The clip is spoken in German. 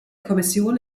kommission